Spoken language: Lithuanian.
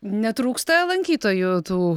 netrūksta lankytojų tų